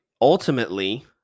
ultimately